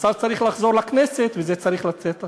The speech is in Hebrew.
השר צריך לחזור לכנסת, וזה צריך לצאת החוצה.